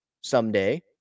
someday